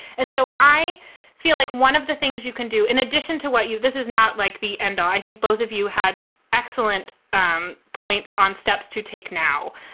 and so i feel like one of the things you can do in addition to what you this is not like the end. i think both of you had excellent um points on steps to take now,